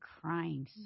crying